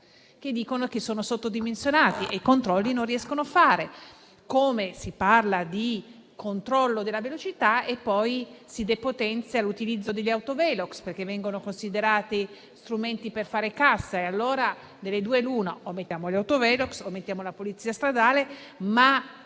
la quale sono sottodimensionati e non riescono a fare i controlli. Analogamente, si parla di controllo della velocità ma poi si depotenzia l'utilizzo degli autovelox, perché vengono considerati strumenti per fare cassa. Allora delle due l'una: o mettiamo gli autovelox o mettiamo la Polizia stradale.